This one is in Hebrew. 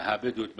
הבדואית בנגב.